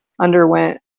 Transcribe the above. underwent